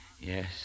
Yes